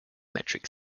metric